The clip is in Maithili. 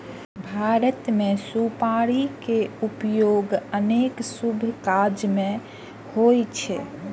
भारत मे सुपारी के उपयोग अनेक शुभ काज मे होइ छै